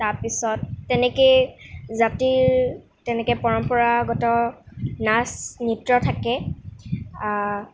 তাৰপিছত তেনেকৈয়ে জাতিৰ তেনেকৈ পৰম্পৰাগত নাচ নৃত্য় থাকে